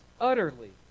utterly